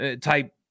type